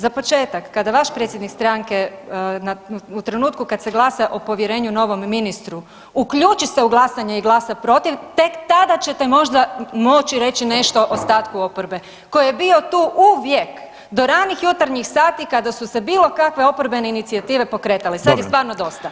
Za početak, kada vaš predsjednik stranke na, u trenutku kad se glasa o povjerenju novom ministru uključi se u glasanje i glasa protiv, tek tada ćete možda moći reći nešto ostatku oporbe koji je bio tu uvijek do ranih jutarnjih sati kada su se bilo kakve oporbene inicijative pokretale, sad je stvarno dosta.